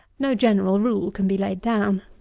no general rule can be laid down.